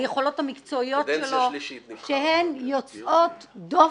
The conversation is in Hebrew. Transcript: היכולות המקצועות שלו שהן יוצאות דופן.